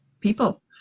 People